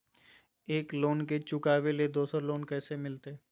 एक लोन के चुकाबे ले दोसर लोन कैसे मिलते?